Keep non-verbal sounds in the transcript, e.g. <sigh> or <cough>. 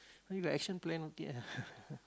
you like action plan okay ah <laughs>